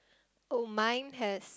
oh mine has